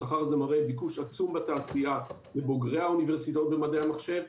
השכר הזה מראה ביקוש עצום בתעשייה לבוגרי האוניברסיטאות במדעי המחשב.